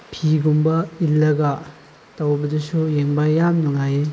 ꯐꯤꯒꯨꯝꯕ ꯏꯜꯂꯒ ꯇꯧꯕꯗꯨꯁꯨ ꯌꯦꯡꯕ ꯌꯥꯝ ꯅꯨꯡꯉꯥꯏꯌꯦ